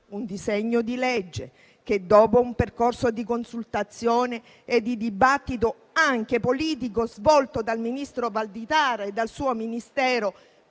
un disegno di legge che, dopo un percorso di consultazione e di dibattito anche politico svolto dal ministro Valditara e dal suo Ministero